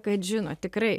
kad žino tikrai